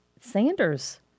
Sanders